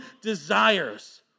desires